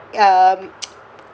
um